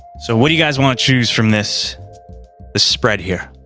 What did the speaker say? so, what do you guys want to choose from this ah spread here?